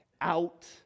out